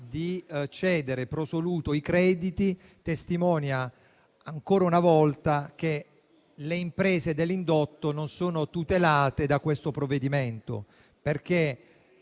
di cedere *pro soluto* i crediti testimoniano, ancora una volta, che le imprese dell'indotto non sono tutelate dal provvedimento.